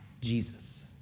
Jesus